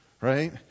Right